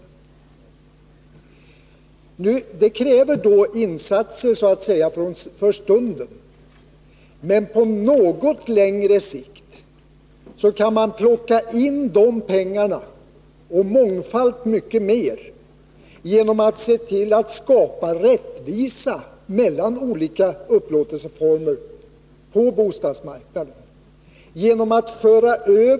Det krävs då insatser så att säga för stunden. Men på något längre sikt kan man plocka in de pengarna — och mångfalt mer — genom att se till att skapa rättvisa mellan olika upplåtelseformer på bostadsmarknaden.